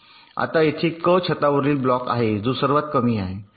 आता येथे क छतावरील ब्लॉक आहे जो सर्वात कमी आहे